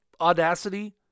Audacity